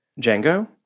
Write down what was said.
django